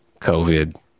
covid